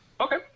Okay